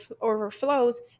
overflows